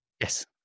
Yes